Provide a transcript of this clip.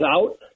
out